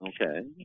Okay